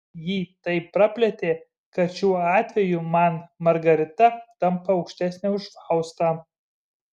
jį taip praplėtė kad šiuo atveju man margarita tampa aukštesnė už faustą